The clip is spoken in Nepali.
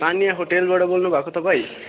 तानिया होटेलबाट बोल्नु भएको तपाईँ